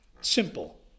simple